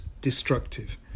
destructive